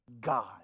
God